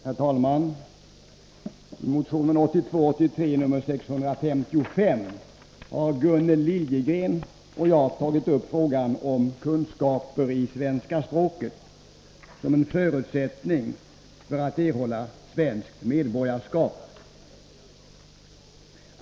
Herr talman! I motion 1982/83:655 har Gunnel Liljegren och jag tagit upp frågan om kunskaper i svenska språket som en förutsättning för erhållande av svenskt medborgarskap.